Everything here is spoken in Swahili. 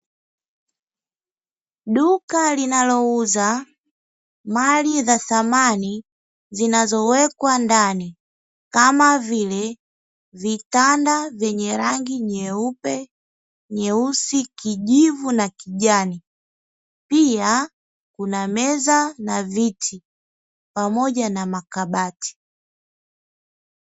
Duka linalouza mali za samani zinazowekwa ndani kama vile vitanda vyenye rangi nyeupe, nyeusi, kijivu na kijani. Pia kuna meza na viti, pamoja na makabati.